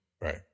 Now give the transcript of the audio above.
Right